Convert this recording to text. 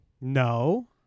No